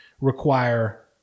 require